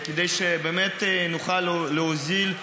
כדי שבאמת נוכל להוזיל,